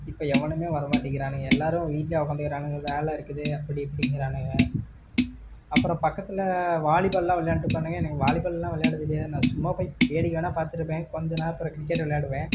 இப்போ எவனும் வர மாட்டேங்கிறானுங்க எல்லோரும் வீட்லேயே உக்காந்துக்கிறானுங்க வேலை இருக்குது அப்படி இப்படிங்கிறானுங்க அப்புறம் பக்கத்தில் வாலிபால்லாம் வெளையாண்ட்டு இருப்பானுங்க எனக்கு வாலிபால்லாம் வெளையாட தெரியாது நான் சும்மா போய் வேடிக்கை வேணா பாத்திருக்கேன் கொஞ்சம் நேரத்தில் கிரிக்கெட்டு வெளையாடுவேன்